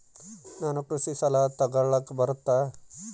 ನಾನು ಕೃಷಿ ಸಾಲ ತಗಳಕ ಬರುತ್ತಾ?